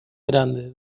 grande